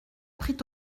prit